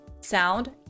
sound